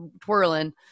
twirling